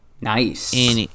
nice